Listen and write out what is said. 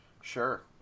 Sure